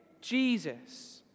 Jesus